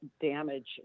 damage